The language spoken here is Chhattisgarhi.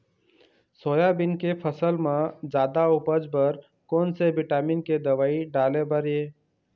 सोयाबीन के फसल म जादा उपज बर कोन से विटामिन के दवई डाले बर ये?